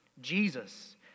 Jesus